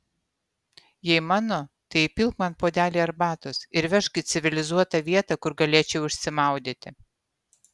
jei mano tai įpilk man puodelį arbatos ir vežk į civilizuotą vietą kur galėčiau išsimaudyti